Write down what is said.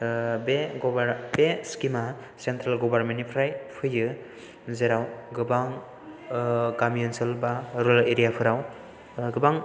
बे स्किम आ central government निफ्राय फैयो जेराव गोबां गामि ओनसोल एबा एरिया फोराव गोबां